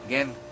Again